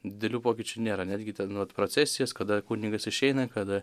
didelių pokyčių nėra netgi ten vat procesijas kada kunigas išeina kada